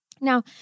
Now